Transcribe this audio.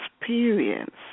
experience